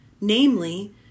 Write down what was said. namely